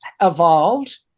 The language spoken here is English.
evolved